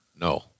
No